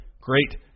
Great